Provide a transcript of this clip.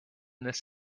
this